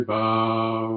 bow